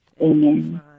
Amen